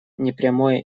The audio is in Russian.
непрямое